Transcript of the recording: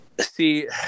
See